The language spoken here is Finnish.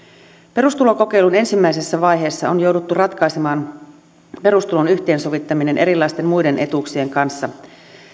perustulokokeilun ensimmäisessä vaiheessa on jouduttu ratkaisemaan perustulon yhteensovittaminen erilaisten muiden etuuksien kanssa